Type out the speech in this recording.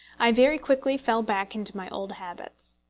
i very quickly fell back into my old habits.